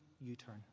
u-turn